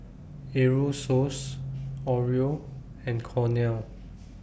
Aerosoles Oreo and Cornell